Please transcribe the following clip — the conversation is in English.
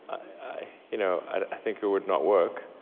i you know i think it would not work.